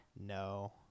no